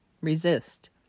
Resist